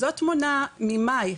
זאת תמונה ממאי,